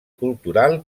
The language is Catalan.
cultural